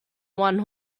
one